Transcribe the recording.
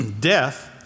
Death